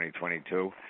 2022